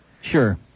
Sure